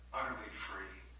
utterly free,